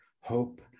Hope